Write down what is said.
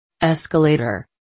Escalator